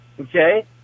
okay